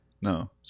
No